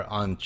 on